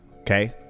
okay